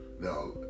Now